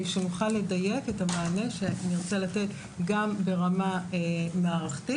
שנוכל לדייק את המענה שנרצה לתת גם ברמה מערכתית,